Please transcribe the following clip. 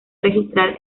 registrar